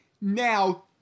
now